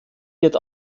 wird